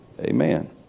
Amen